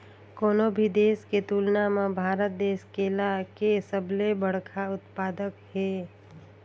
कोनो भी देश के तुलना म भारत देश केला के सबले बड़खा उत्पादक हे